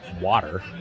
water